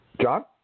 John